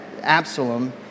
Absalom